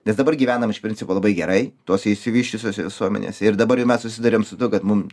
nes dabar gyvename iš principo labai gerai tose išsivysčiusiose visuomenėse ir dabar jau mes susiduriam su tuo kad mum